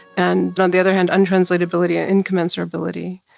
and, on the other hand, untranslatability, ah incommensurability,